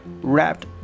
wrapped